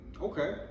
Okay